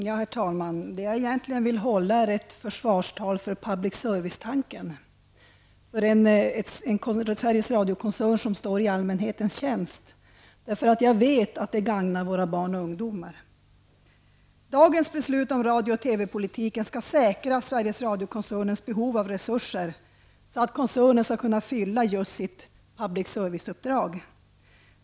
Herr talman! Egentligen vill jag hålla ett försvarstal för public service-tanken, för Sveriges Radio-koncernen står i allmänhetens tjänst. Jag vet att det gagnar både barn och ungdomar. Dagens beslut om radio och TV-politiken skall säkra Sveriges Radio-koncernens resurser så att koncernen skall kunna uppfylla sitt public serviceuppdrag.